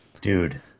Dude